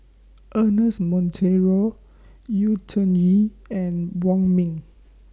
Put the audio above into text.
Ernest Monteiro Yu Zhuye and Wong Ming